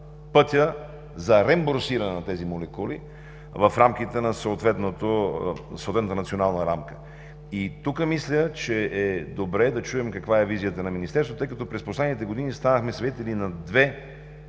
пътя за реимбурсиране на тези молекули в съответната национална рамка. Мисля, че тук е добре да чуем каква е визията на Министерството, тъй като през последните години станахме свидетели на две